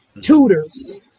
tutors